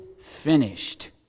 finished